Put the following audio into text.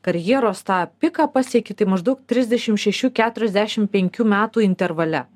karjeros tą piką pasieki tai maždaug trisdešimt šešių keturiasdešimt penkių metų intervale